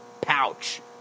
pouch